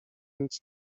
nic